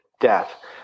death